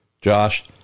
Josh